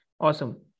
Awesome